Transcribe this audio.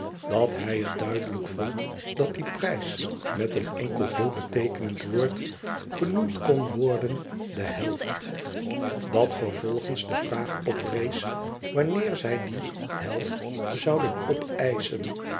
dat hij het duidelijk vond dat die prijs met een enkel veelbeteekenend woord genoemd kon worden t de helft dat vervolgens de vraag oprees wanneer zij die helft zouden